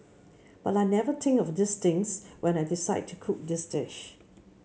but I never think of these things when I decide to cook this dish